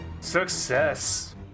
Success